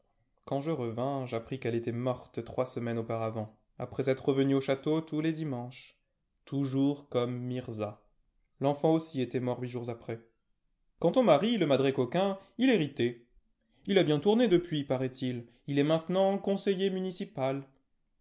quand je revins j'appris qu'elle était morte trois semaines auparavant après être revenue au château tous les dimanches toujours comme mirza l'enfant aussi était mort huit jours après quant au mari le madré coquin il héritait il a bien tourné depuis paraît-il il est maintenant conseiller municipal